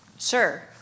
Sure